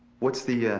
what's the, ah,